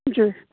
جی